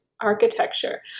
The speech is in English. architecture